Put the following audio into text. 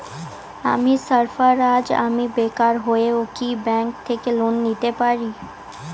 আমি সার্ফারাজ, আমি বেকার হয়েও কি ব্যঙ্ক থেকে লোন নিতে পারি?